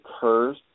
curse